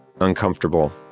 uncomfortable